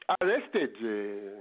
arrested